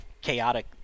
chaotic